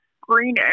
green